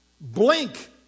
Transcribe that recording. Blink